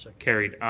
carried.